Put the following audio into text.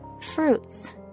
fruits